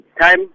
time